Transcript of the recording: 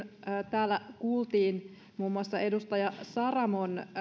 täällä kuultiin muun muassa edustaja saramon